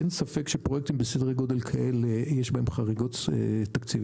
אין ספק שפרויקטים בסדרי גודל כאלה יש בהם חריגות תקציביות.